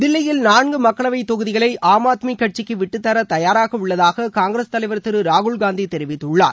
தில்லியில் நான்கு மக்களவை தொகுதிகளை ஆம் ஆத்மி கட்சிக்கு விட்டு தர தயாராக உள்ளதாக காங்கிரஸ் தலைவர் திரு ராகுல்காந்தி தெரிவித்துள்ளார்